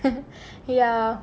and ya